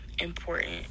important